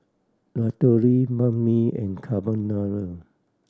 Ratatouille Banh Mi and Carbonara